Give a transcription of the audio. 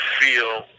feel